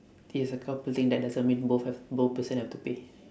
this is a couple thing that doesn't mean both have both person have to pay